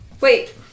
Wait